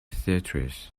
theatres